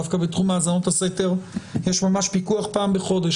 דווקא בתחום האזנות הסתר יש ממש פיקוח פעם בחודש,